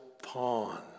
pawn